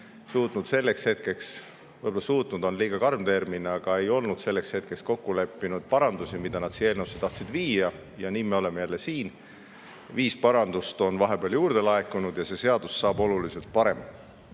suutnud selleks hetkeks – võib-olla "suutnud" on liiga karm sõna –, aga ei olnud selleks hetkeks kokku leppinud parandusi, mida nad siia eelnõusse tahtsid viia, ja nii me oleme jälle siin. Viis parandust on vahepeal juurde laekunud ja see seadus saab oluliselt parem. Aga